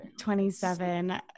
27